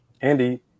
Andy